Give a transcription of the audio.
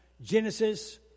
Genesis